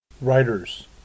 Writers